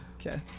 okay